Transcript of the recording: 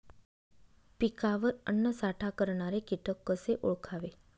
पिकावर अन्नसाठा करणारे किटक कसे ओळखावे?